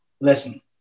listen